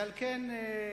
ועל כן,